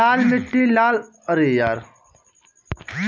लाल मीट्टी लाल रंग का क्यो दीखाई देबे?